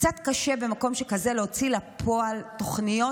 קצת קשה במקום שכזה להוציא לפועל תוכניות